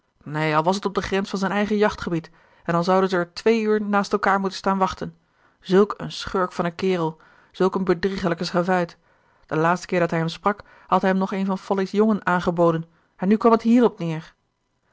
al was t op de grens van zijn eigen jachtgebied en al zouden ze er twee uur naast elkaar moeten staan wachten zulk een schurk van een kerel zulk een bedriegelijke schavuit den laatsten keer dat hij hem sprak had hij hem nog een van folly's jongen aangeboden en nu kwam het hierop neer